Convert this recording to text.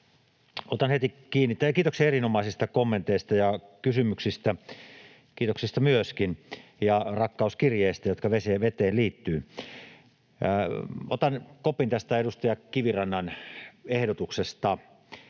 arvoisa puhemies! Kiitoksia erinomaisista kommenteista ja kysymyksistä, kiitoksista myöskin, ja rakkauskirjeistä, jotka liittyvät veteen. Otan kopin edustaja Kivirannan ehdotuksesta.